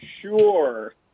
sure